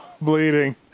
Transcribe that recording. bleeding